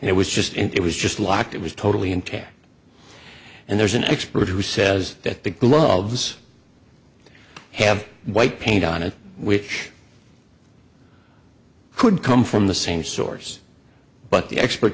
and it was just and it was just locked it was totally intact and there's an expert who says that the gloves have white paint on it which could come from the same source but the expert